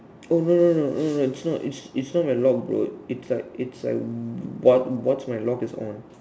oh no no no no no it's not it's it's not my lock bro it's like it's like what what's my lock is on